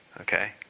okay